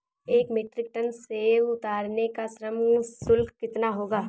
एक metric tonne सेव उतारने का श्रम शुल्क कितना होगा?